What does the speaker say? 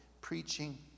preaching